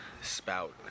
spout